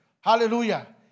Hallelujah